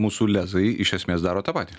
mūsų lezai iš esmės daro tą patį